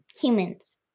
humans